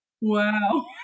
wow